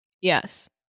Yes